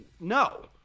no